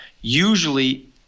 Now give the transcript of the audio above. usually